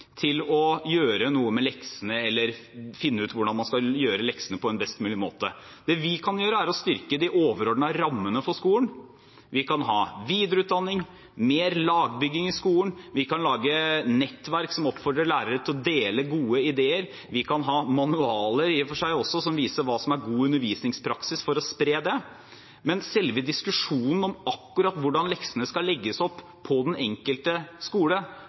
til å gjøre noe med leksene eller finne ut hvordan man skal gjøre leksene på en best mulig måte. Det vi kan gjøre, er å styrke de overordnede rammene for skolen. Vi kan ha videreutdanning, mer lagbygging i skolen, vi kan lage nettverk som oppfordrer lærere til å dele gode ideer, vi kan i og for seg også ha manualer som viser hva som er god undervisningspraksis, for å spre det. Men selve diskusjonen om akkurat hvordan leksene skal legges opp på den enkelte skole,